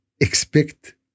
expect